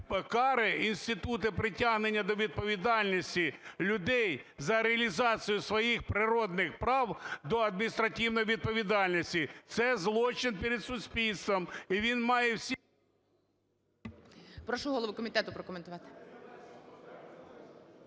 кари, інститути притягнення до відповідальності людей за реалізацію своїх природних прав до адміністративної відповідальності. Це злочин перед суспільством